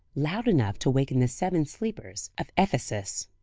loud enough to waken the seven sleepers of ephesus.